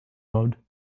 mode